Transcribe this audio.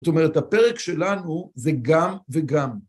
זאת אומרת, הפרק שלנו זה גם וגם.